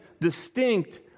distinct